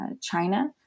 China